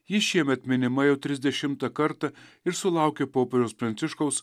ji šiemet minima jau trisdešimtą kartą ir sulaukė popiežiaus pranciškaus